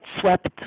swept